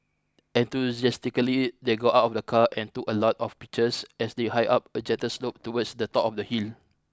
enthusiastically they got out of the car and took a lot of pictures as they hiked up a gentle slope towards the top of the hill